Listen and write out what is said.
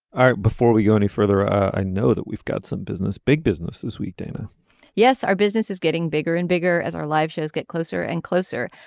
before we go any further i know that we've got some business big business this week dana yes. our business is getting bigger and bigger as our live shows get closer and closer.